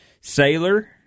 sailor